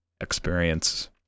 experience